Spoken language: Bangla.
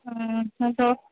হুম হ্যাঁ তো